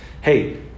Hey